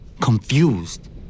confused